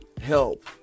help